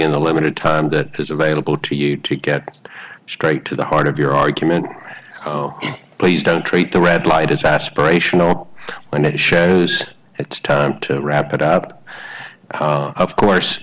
in the limited time that is available to you to get straight to the heart of your argument oh please don't treat the red light as aspirational when it shows it's time to wrap it up of course